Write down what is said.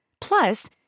Plus